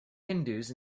hindus